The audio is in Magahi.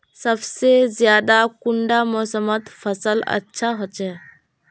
सबसे ज्यादा कुंडा मोसमोत फसल अच्छा होचे?